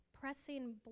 pressing